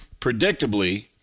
predictably